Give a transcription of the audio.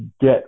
get